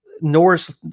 Norris